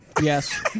Yes